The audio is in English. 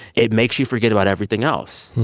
it makes you forget about everything else.